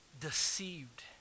deceived